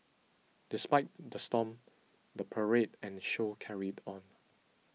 despite the storm the parade and show carried on